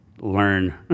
learn